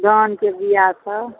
धानके बीआ सब